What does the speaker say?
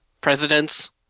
presidents